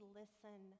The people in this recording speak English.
listen